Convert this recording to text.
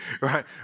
Right